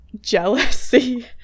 jealousy